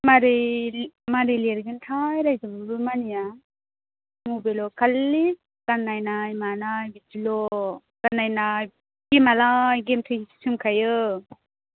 मारै लि मारै लिरगोनथाय रायजाब्लाबो मानिया मबाइलल' खालि गान नायनाय मानाय बिदिल' गान नायनाय गेमालाय गेम थैसोमखायो